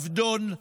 עבדון,